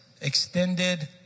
extended